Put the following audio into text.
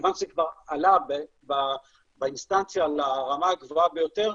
מכיוון שזה כבר עלה באינסטנציה לרמה הגבוהה ביותר,